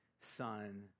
son